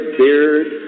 beard